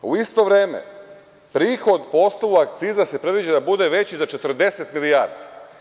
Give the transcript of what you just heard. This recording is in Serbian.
U isto vreme, prihod po osnovu akciza se predviđa da bude veći za 40 milijardi.